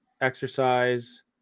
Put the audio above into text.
exercise